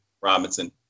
Robinson